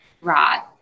Right